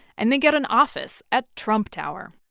and they get an office at trump tower.